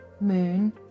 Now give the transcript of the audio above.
moon